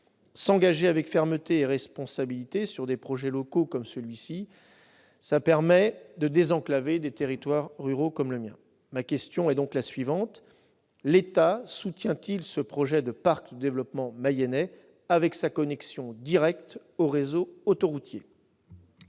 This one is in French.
S'engager avec fermeté et responsabilité sur des projets locaux comme celui-ci permet de désenclaver les territoires ruraux comme le mien. Ma question est la suivante : l'État soutient-il le projet de parc de développement mayennais, avec sa connexion directe au réseau autoroutier ?